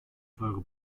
teure